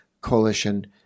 coalition